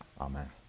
Amen